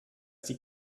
die